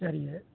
சரிங்க